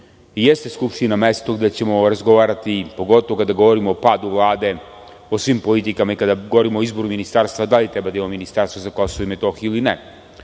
jeste Skupština mesto gde ćemo razgovarati, pogotovo kada govorimo o padu Vlade, o svim politikama i kada govorimo o izboru ministarstva, da li treba da imamo Ministarstvo za Kosovo i Metohiju ili